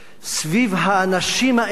סביב האנשים האלה,